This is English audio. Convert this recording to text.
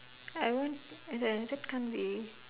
I want the that can't be